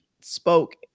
spoke